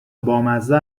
بامزه